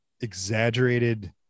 exaggerated